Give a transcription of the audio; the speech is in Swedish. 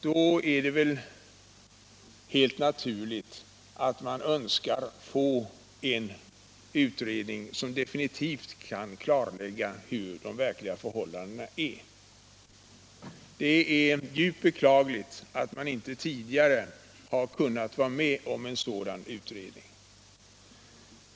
Då är det väl helt naturligt att man önskar en utredning som definitivt kan klarlägga de verkliga förhållandena. Det är djupt beklagligt att man inte tidigare har kunnat enas om en sådan utredning.